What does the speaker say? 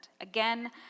again